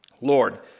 Lord